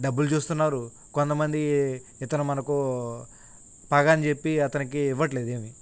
డబ్బులు చూస్తున్నారు కొంతమంది ఇతర మనకు పగ అని చెప్పి అతనికి ఇవ్వడంలేదు ఏమీ